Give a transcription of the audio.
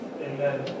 Amen